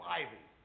ivy